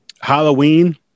Halloween